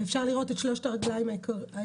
אפשר לראות את שלוש הרגליים העיקריות.